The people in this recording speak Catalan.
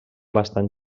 bastant